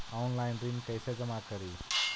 Online ऋण कैसे जमा करी?